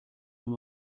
même